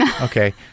okay